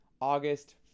August